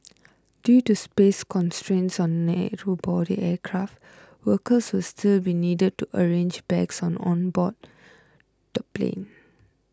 due to space constraints on narrow body aircraft workers will still be needed to arrange bags on board the plane